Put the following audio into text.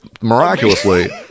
miraculously